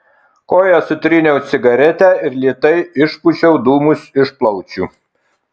koja sutryniau cigaretę ir lėtai išpūčiau dūmus iš plaučių